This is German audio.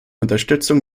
unterstützung